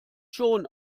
schon